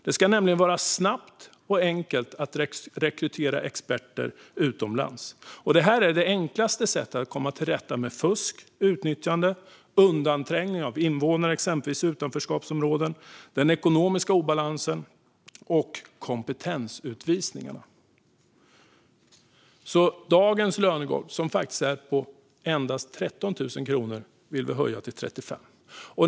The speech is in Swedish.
Det ska nämligen vara snabbt och enkelt att rekrytera experter utomlands. Det här är det enklaste sättet att komma till rätta med fusk och utnyttjande, undanträngning av invånare i exempelvis utanförskapsområden, den ekonomiska obalansen och kompetensutvisningarna. Dagens lönegolv som är på endast 13 000 kronor vill vi alltså höja till 35 000.